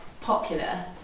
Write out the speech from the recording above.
popular